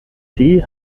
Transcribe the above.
sie